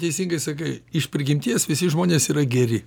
teisingai sakai iš prigimties visi žmonės yra geri